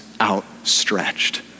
outstretched